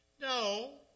No